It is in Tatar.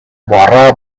бара